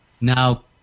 now